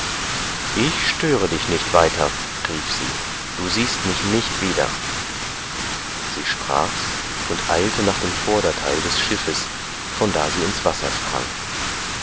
ich störe dich nicht weiter rief sie du siehst mich nicht wieder sie sprachs und eilte nach dem vorderteil des schiffs von da sie ins wasser sprang